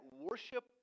worship